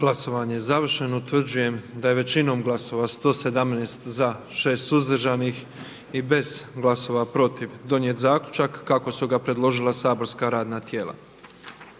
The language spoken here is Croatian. Glasovanje je završeno. Utvrđujem da smo većinom glasova 124 glasa za, 1 suzdržanim i bez glasova protiv donijeli zaključak kako su ga predložila saborska radna tijela.